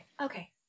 okay